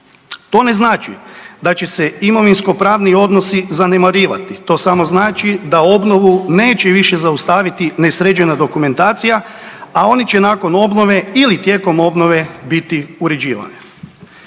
To ne znači da će se imovinskopravni odnosi zanemarivati, to samo znači da obnovu neće više zaustaviti nesređena dokumentacija, a oni će nakon obnove ili tijekom obnove biti uređivani.